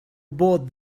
bought